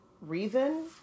reason